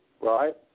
right